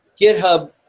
GitHub